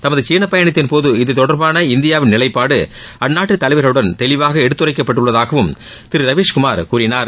தமது சீன பயணத்தின் போது இது தொடர்பான இந்தியாவின் நிலைப்பாடு அந்நாட்டு தலைவர்களுடன் தெளிவாக எடுத்துரைக்கப்பட்டுள்ளதாகவும் திரு ரவீஷ் குமார் கூறினார்